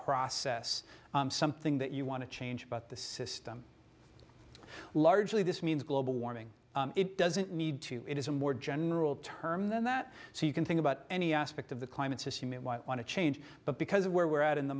process something that you want to change about the system largely this means global warming it doesn't need to it is a more general term than that so you can think about any aspect of the climate system and want to change but because of where we're at in the